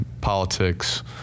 politics